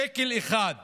שקל אחד